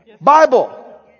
Bible